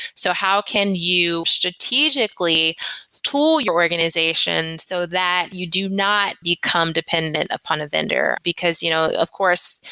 so how can you strategically tool your organization, so that you do not become dependent upon a vendor? because you know of course,